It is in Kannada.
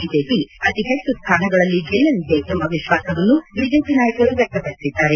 ಬಿಜೆಪಿ ಅತಿ ಹೆಚ್ಚು ಸ್ಥಾನಗಳಲ್ಲಿ ಗೆಲ್ಲಲಿದೆ ಎಂಬ ವಿಶ್ವಾಸವನ್ನು ಬಿಜೆಪಿ ನಾಯಕರು ವ್ಯಕ್ತಪಡಿಸಿದ್ದಾರೆ